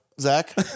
Zach